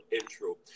intro